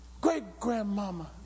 great-grandmama